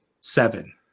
seven